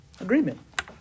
agreement